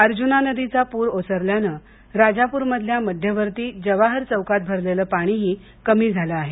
अर्ज्ञना नदीचा पूर ओसरल्यानं राजापूरमधल्या मध्यवर्ती जवाहर चौकात भरलेलं पाणीही कमी झालं आहे